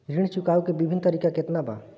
ऋण चुकावे के विभिन्न तरीका केतना बा?